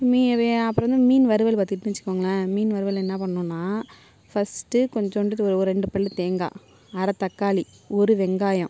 மி வே அப்புறம் வந்து மீன் வறுவல் பார்த்துகிட்டிங்கனு வச்சுக்கோங்களன் மீன் வறுவல் என்ன பண்ணுன்னால் ஃபர்ஸ்ட்டு கொஞ்சோண்டு ஒரு ரெண்டு பல் தேங்காய் அரை தக்காளி ஒரு வெங்காயம்